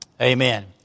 Amen